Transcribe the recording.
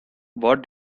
what